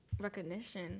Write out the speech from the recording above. recognition